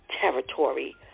territory